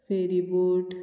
ferry boat